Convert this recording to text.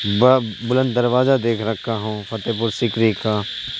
بلند دروازہ دیکھ رکھا ہوں فتح پور سیکری کا